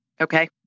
Okay